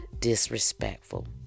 Disrespectful